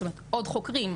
עוד חוקרים,